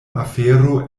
afero